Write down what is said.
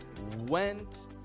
Went